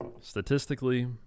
Statistically